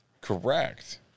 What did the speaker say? Correct